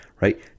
right